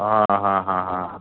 हां हां हां हां हां